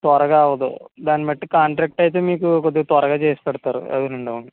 త్వరగా అవ్వదు దాన్ని బట్టి కాంట్రాక్ట్ అయితే మీకు కొద్దిగా త్వరగా చేసి పెడతారు అవునండి అవును